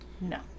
no